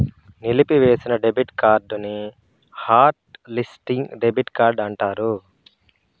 నిలిపివేసిన డెబిట్ కార్డుని hot listing debit card అంటారు